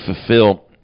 fulfill